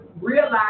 realize